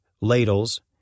ladles